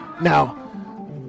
Now